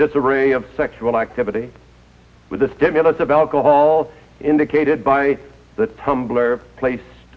disarray of sexual activity with the stimulus of alcohol indicated by the tumbler placed